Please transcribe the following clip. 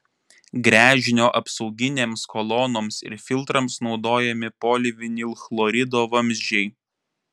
gręžinio apsauginėms kolonoms ir filtrams naudojami polivinilchlorido vamzdžiai